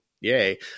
yay